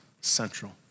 central